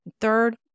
Third